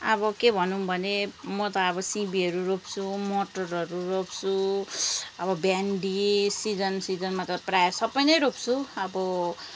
अब के भनौँ भने म त अब सिबीहरू रोप्छु मटरहरू रोप्छु अब भिन्डी सिजन सिजनमा प्रायः सबै नै रोप्छु अब